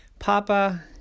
Papa